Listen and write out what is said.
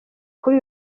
kuri